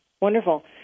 Wonderful